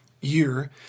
year